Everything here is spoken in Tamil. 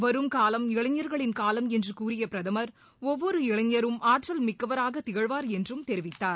வரும் காலம் இளைஞர்களின் காலம் என்று கூறிய பிரதமர் ஒவ்வொரு இளைஞரும் ஆற்றல் மிக்கவராக திகழ்வார்கள் என்றும் தெரிவித்தார்